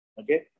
Okay